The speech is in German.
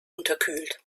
unterkühlt